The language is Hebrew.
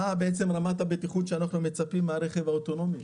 מה רמת הבטיחות שאנחנו מצפים מהרכב האוטונומי?